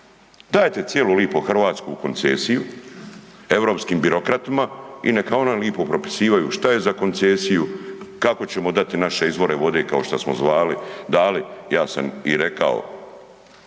Dajete cijelu lipo Hrvatsku u koncesiju europskim birokratima i neka oni lipo propisivaju što je za koncesiju, kako ćemo dati naše izvore vode kao što smo zvali, dali, ja sam i rekao,